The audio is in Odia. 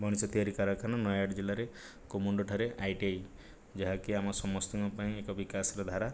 ମଣିଷ ତିଆରି କାରଖାନା ନୟାଗଡ଼ ଜିଲ୍ଲାରେ କୁମୁଣ୍ଡଠାରେ ଆଇ ଟି ଆଇ ଯାହାକି ଆମ ସମସ୍ତିଙ୍କ ପାଇଁ ଏକ ବିକାଶ ର ଧାରା